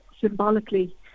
symbolically